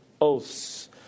oaths